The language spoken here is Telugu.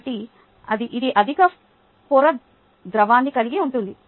కాబట్టి ఇది అధిక పొర ద్రవాన్ని కలిగి ఉంటుంది